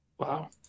Wow